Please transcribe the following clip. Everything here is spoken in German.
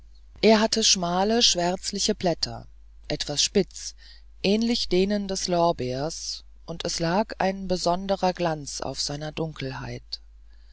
er hatte schmale schwärzliche blätter etwas spitz ähnlich denen des lorbeers und es lag ein sonderbarer glanz auf ihrer dunkelheit